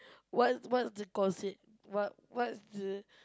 what what's the cost what what's the